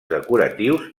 decoratius